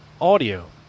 audio